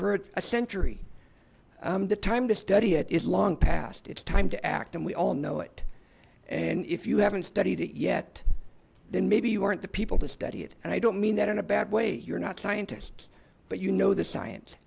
for a century the time to study it is long past it's time to act and we all know it and if you haven't studied it yet then maybe you aren't the people to study it and i don't mean that in a bad way you're not scientists but you know the science